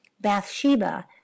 Bathsheba